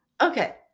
Okay